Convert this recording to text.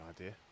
idea